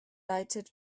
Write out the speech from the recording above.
lighted